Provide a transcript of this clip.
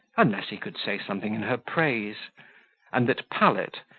unless he could say something in her praise and that pallet,